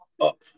up